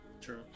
True